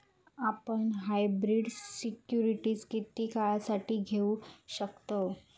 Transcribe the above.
आपण hybrid securities किती काळासाठी घेऊ शकतव